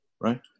right